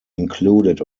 included